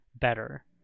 better